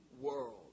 world